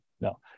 no